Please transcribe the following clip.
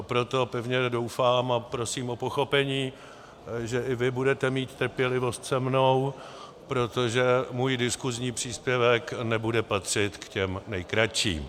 Proto pevně doufám a prosím o pochopení, že i vy budete mít trpělivost se mnou, protože můj diskusní příspěvek nebude patřit k těm nejkratším.